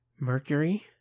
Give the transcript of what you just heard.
mercury